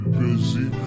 busy